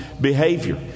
behavior